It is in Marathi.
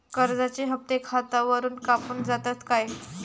कर्जाचे हप्ते खातावरून कापून जातत काय?